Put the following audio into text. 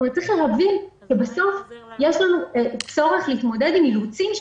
צריך להבין שבסוף יש לנו צורך להתמודד עם אילוצים.